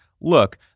look